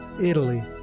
Italy